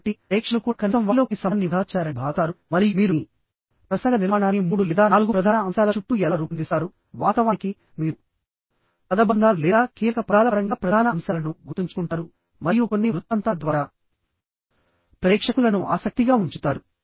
కాబట్టి ప్రేక్షకులు కూడా కనీసం వాటిలో కొన్ని సమయాన్ని వృధా చేశారని భావిస్తారు మరియు మీరు మీ ప్రసంగ నిర్మాణాన్ని మూడు లేదా నాలుగు ప్రధాన అంశాల చుట్టూ ఎలా రూపొందిస్తారు వాస్తవానికి మీరు పదబంధాలు లేదా కీలక పదాల పరంగా ప్రధాన అంశాలను గుర్తుంచుకుంటారు మరియు కొన్ని వృత్తాంతాల ద్వారా ప్రేక్షకులను ఆసక్తిగా ఉంచుతారు